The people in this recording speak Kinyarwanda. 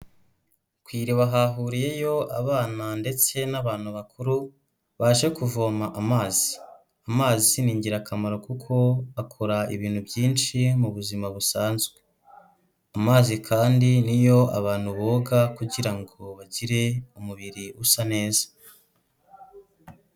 Ku iriba hahuriyeyo abana ndetse n'abantu bakuru, baje kuvoma amazi. Amazi ni ingirakamaro kuko akora ibintu byinshi mu buzima busanzwe, amazi kandi niyo abantu boga kugira ngo bagire umubiri usa neza.